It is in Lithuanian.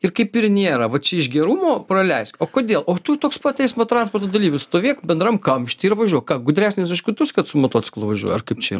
ir kaip ir nėra va čia iš gerumo praleisk o kodėl o tu toks pat eismo transporto dalyvis stovėk bendram kamšty ir važiuok ką gudresnis už kitus kad su motociklu važiuoji ar kaip čia